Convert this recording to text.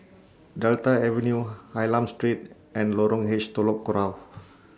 Delta Avenue Hylam Street and Lorong H Telok Kurau